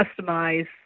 customize